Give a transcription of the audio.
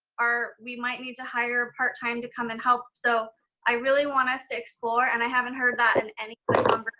are, we might need to hire part time to come and help. so i really want us to explore, and i haven't heard that in any